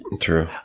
True